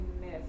miss